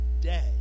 today